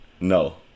No